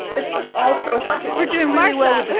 this is also one we're doing my well,